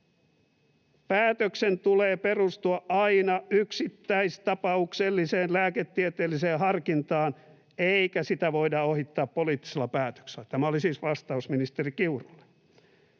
”Päätöksen tulee perustua aina yksittäistapaukselliseen lääketieteelliseen harkintaan, eikä sitä voida ohittaa poliittisella päätöksellä.” Tämä oli siis vastaus ministeri Kiurulle.